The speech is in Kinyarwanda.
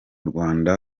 rwanda